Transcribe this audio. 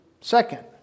second